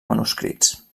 manuscrits